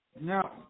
no